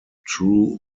true